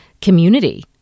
community